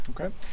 Okay